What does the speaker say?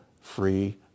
free